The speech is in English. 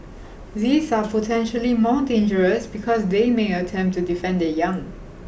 these are potentially more dangerous because they may attempt to defend their young